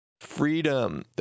freedom